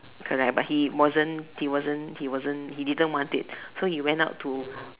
correct but he wasn't he wasn't he wasn't he didn't want it so went up to